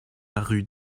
erru